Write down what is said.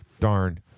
darn